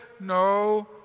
no